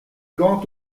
quand